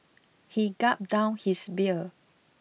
he gulped down his beer